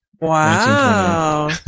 Wow